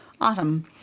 Awesome